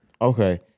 Okay